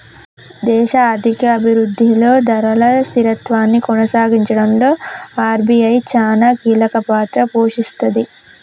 దేశ ఆర్థిక అభిరుద్ధిలో ధరల స్థిరత్వాన్ని కొనసాగించడంలో ఆర్.బి.ఐ చానా కీలకపాత్ర పోషిస్తది